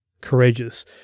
courageous